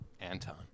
Anton